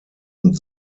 und